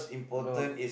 no